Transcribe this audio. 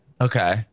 Okay